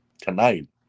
tonight